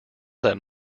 that